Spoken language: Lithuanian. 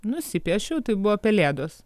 nusipiešiau tai buvo pelėdos